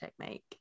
technique